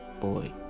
boy